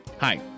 Hi